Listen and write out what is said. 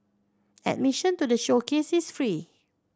admission to the showcase is free